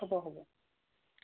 হ'ব হ'ব